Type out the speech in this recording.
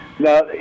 No